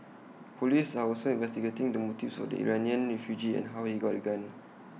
Police are also investigating the motives of the Iranian refugee and how he got A gun